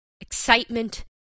excitement